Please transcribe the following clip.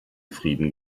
frieden